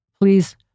Please